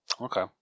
Okay